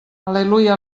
al·leluia